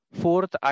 fourth